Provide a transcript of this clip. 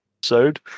episode